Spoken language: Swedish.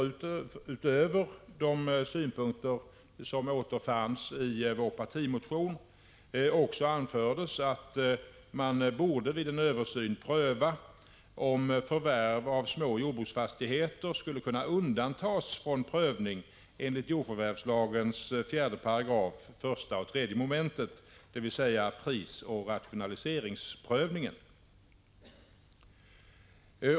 Utöver de synpunkter som återfanns i vår partimotion anförde vi också att man vid en översyn borde pröva om förvärv av små jordbruksfastigheter skulle kunna undantas från prövning enligt jordförvärvslagens 4 §, 1 och 3 mom., dvs. prisoch rationaliseringsprövningen.